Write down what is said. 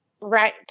Right